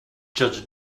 judge